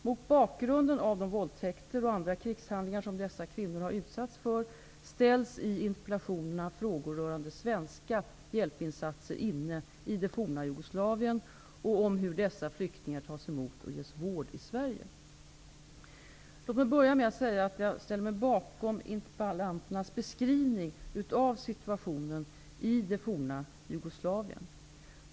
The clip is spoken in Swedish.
Mot bakgrund av de våldtäkter och andra krigshandlingar som dessa kvinnor har utsatts för, ställs i interpellationerna frågor rörande svenska hjälpinsatser inne i det forna Jugoslavien och om hur dessa flyktingar tas emot och ges vård i Sverige. Låt mig börja med att säga, att jag ställer mig bakom interpellanternas beskrivning av situationen i det forna Jugoslavien.